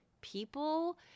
people